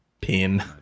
pin